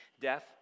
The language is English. Death